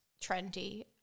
trendy